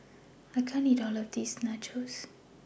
I can't eat All of This Nachos